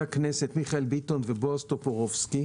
הכנסת מיכאל ביטון ובועז טופורובסקי,